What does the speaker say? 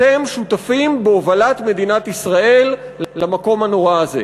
אתם שותפים בהובלת מדינת ישראל למקום הנורא הזה.